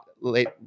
late